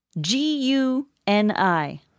G-U-N-I